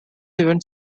event